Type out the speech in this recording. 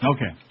Okay